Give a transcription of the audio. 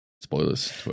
Spoilers